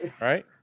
right